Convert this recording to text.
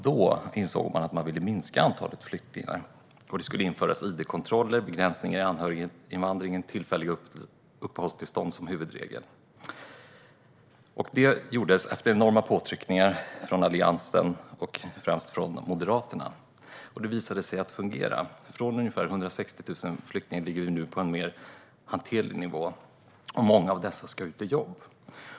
Då insåg man att man ville minska antalet flyktingar, och det skulle införas id-kontroller, begränsningar i anhöriginvandringen och tillfälliga uppehållstillstånd som huvudregel. Det gjordes efter enorma påtryckningar från Alliansen, främst från Moderaterna. Det visade sig fungera. Från ungefär 160 000 flyktingar ligger vi nu på en mer hanterlig nivå. Många av dessa ska ut i jobb.